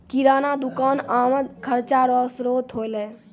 किराना दुकान आमद खर्चा रो श्रोत होलै